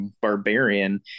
barbarian